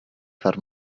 far